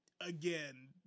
again